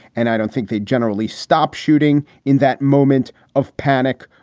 and i don't think they generally stop shooting in that moment of panic,